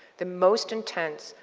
the most intense,